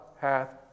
hath